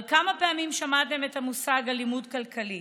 אבל כמה פעמים שמעתם את המושג אלימות כלכלית?